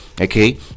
okay